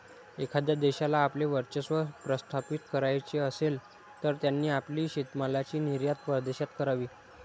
एखाद्या देशाला आपले वर्चस्व प्रस्थापित करायचे असेल, तर त्यांनी आपली शेतीमालाची निर्यात परदेशात करावी